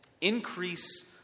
increase